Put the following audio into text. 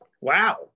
Wow